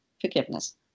Forgiveness